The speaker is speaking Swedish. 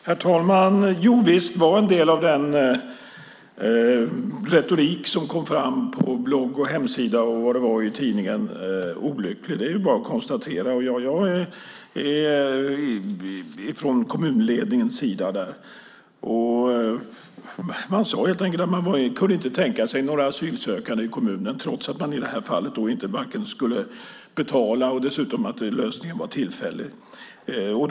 Herr talman! Visst var en del av den retorik som kom fram från kommunledningens sida på blogg och hemsida i tidningen olycklig. Det är bara att konstatera. Man sade helt enkelt att man inte kunde tänka sig några asylsökande i kommunen, trots att lösningen i det här fallet var tillfällig och man inte skulle betala.